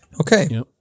Okay